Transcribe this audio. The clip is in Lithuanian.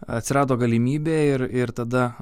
atsirado galimybė ir ir tada